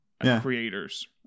creators